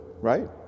right